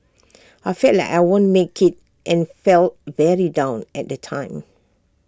I felt like I won't make IT and felt very down at the time